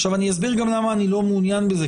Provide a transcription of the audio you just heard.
עכשיו, אני אסביר גם למה אני לא מעוניין בזה.